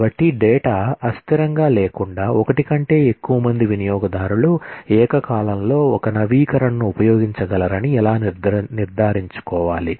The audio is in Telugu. కాబట్టి డేటా అస్థిరంగా లేకుండా ఒకటి కంటే ఎక్కువ మంది వినియోగదారులు ఏకకాలంలో ఒక నవీకరణను ఉపయోగించగలరని ఎలా నిర్ధారించుకోవాలి